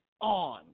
on